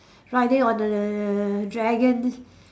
riding on a dragon